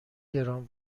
گران